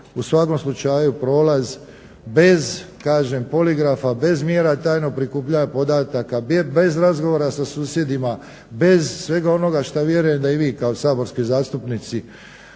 u svakom slučaju prolaz bez kažem poligrafa, bez mjera tajnog prikupljanja podataka, bez razgovora sa susjedima, bez onoga što vjerujem da i vi kao saborski zastupnici